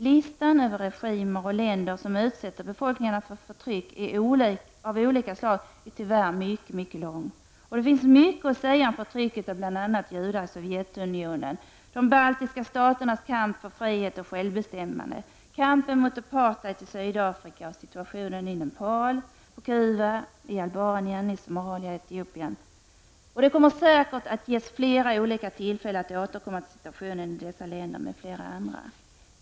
Listan över regimer och länder som utsätter befolkningarna för förtryck av olika slag är tyvärr mycket lång. Det finns mycket mer att säga om förtrycket av bl.a. judar i Sovjetunionen, de baltiska staternas kamp för frihet och självbestämmande, kampen mot apartheid i Sydafrika, situationen i Nepal, på Cuba, i Albanien, i Somalia, i Etiopien. Det kommer säkert att ges flera tillfällen att återkomma till situationen i dessa länder och flera andra.